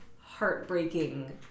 heartbreaking